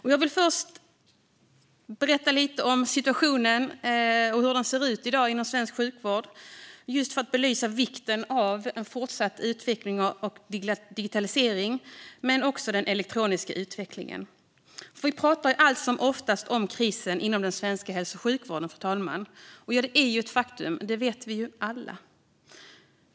Jag vill först berätta lite om situationen inom svensk sjukvård, just för att belysa vikten av en fortsatt utveckling av digitalisering men också den elektroniska utvecklingen. Fru talman! Vi pratar allt som oftast om krisen inom den svenska hälso och sjukvården. Den är ett faktum; det vet vi alla.